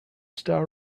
star